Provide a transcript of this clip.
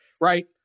right